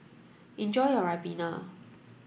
enjoy your Ribena